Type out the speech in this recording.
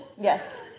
Yes